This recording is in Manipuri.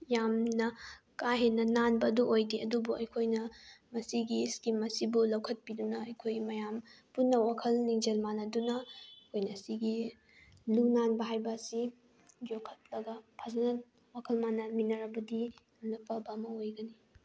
ꯌꯥꯝꯅ ꯀꯥꯍꯦꯟꯅ ꯅꯥꯟꯕ ꯑꯗꯨ ꯑꯣꯏꯗꯦ ꯑꯗꯨꯕꯨ ꯑꯩꯈꯣꯏꯅ ꯃꯁꯤꯒꯤ ꯏꯁꯀꯤꯝ ꯑꯁꯤꯕꯨ ꯂꯧꯈꯠꯄꯤꯗꯨꯅ ꯑꯩꯈꯣꯏ ꯃꯌꯥꯝ ꯄꯨꯟꯅ ꯋꯥꯈꯜ ꯂꯤꯡꯖꯦꯜ ꯃꯥꯟꯅꯗꯨꯅ ꯑꯩꯈꯣꯏꯅ ꯁꯤꯒꯤ ꯂꯨ ꯅꯥꯟꯕ ꯍꯥꯏꯕ ꯑꯁꯤ ꯌꯣꯛꯈꯠꯂꯒ ꯐꯖꯅ ꯋꯥꯈꯜ ꯃꯥꯟꯅꯃꯤꯟꯅꯔꯕꯗꯤ ꯍꯦꯟꯅ ꯐꯕ ꯑꯃ ꯑꯣꯏꯒꯅꯤ